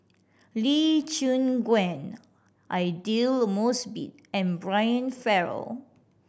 Lee Choon Guan Aidli Mosbit and Brian Farrell